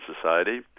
Society